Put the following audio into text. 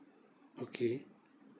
okay